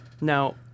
Now